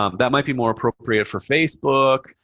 um that might be more appropriate for facebook,